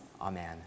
Amen